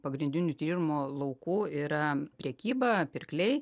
pagrindinių tyrimo laukų yra prekyba pirkliai